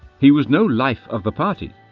he was no life of the party.